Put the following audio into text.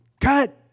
Cut